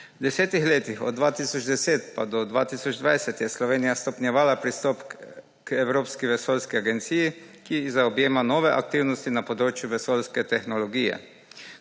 V desetih letih od 2010 pa do 2020 je Slovenija stopnjevala pristop k Evropski vesoljski agenciji, ki zaobjema nove aktivnosti na področju vesoljske tehnologije.